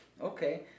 Okay